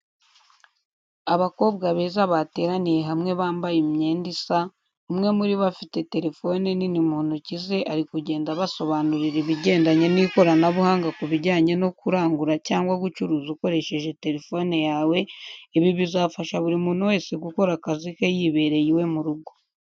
Abakobwa beza bateraniye hamwe bambaye imyenda isa, umwe muri bo afite telefone nini mu nkoki ze ari kugenda abasobanurira ibigendanye n'ikoranabuhanga ku bijyanye no kurangura cyangwa gucuruza ukoresheje telefone yawe, ibi bizafasha buri muntu wese gukora akazi ke yibereye iwe mu rugo.